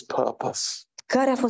purpose